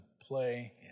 play